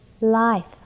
life